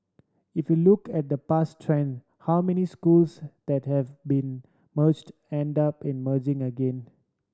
if you look at the past trend how many schools that have been merged end up emerging again